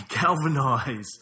galvanize